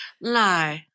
no